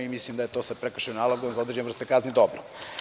Mislim da je to sa prekršajnim nalogom za određene vrste kazni dobro.